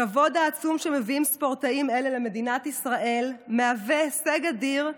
הכבוד העצום שמביאים ספורטאים אלה למדינת ישראל מהווה הישג אדיר,